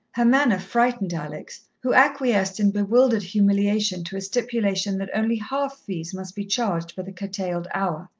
her manner frightened alex, who acquiesced in bewildered humiliation to a stipulation that only half-fees must be charged for the curtailed hour.